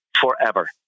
forever